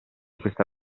questa